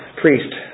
priest